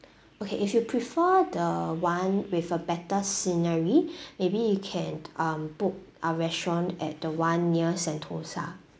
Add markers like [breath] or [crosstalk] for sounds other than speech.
okay if you prefer the one with a better scenery [breath] maybe you can um book our restaurant at the one near sentosa